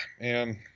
man